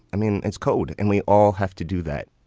i mean, it's cold and we all have to do that